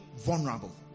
vulnerable